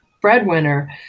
breadwinner